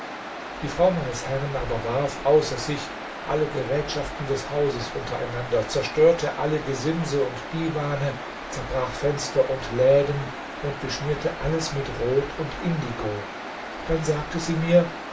die frau meines herrn aber warf außer sich alle gerätschaften des hauses untereinander zerstörte alle gesimse und divane zerbrach fenster und läden und beschmierte alles mit rot und indigo dann sagte sie mir